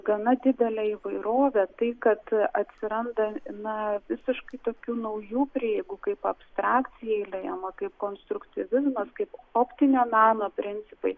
gana didelę įvairovę tai kad atsiranda na visiškai tokių naujų prieigų kaip abstrakcija įliejama kaip konstruktyvizmas kaip optinio meno principai